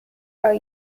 are